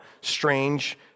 strange